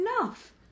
enough